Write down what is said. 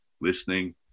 listening